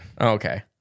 Okay